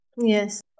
Yes